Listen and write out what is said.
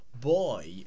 boy